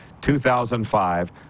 2005